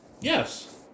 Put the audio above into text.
Yes